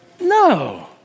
No